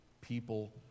people